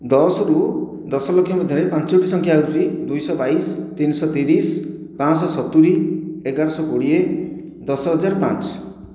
ଦଶ ରୁ ଦଶ ଲକ୍ଷ ମଧ୍ୟରେ ପାଞ୍ଚଟି ସଂଖ୍ୟା ହେଉଛି ଦୁଇଶହ ବାଇଶି ତିନିଶହ ତିରିଶି ପାଞ୍ଚଶହ ସତୁରୀ ଏଗାରଶହ କୋଡ଼ିଏ ଦଶ ହଜାର ପାଞ୍ଚ